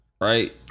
Right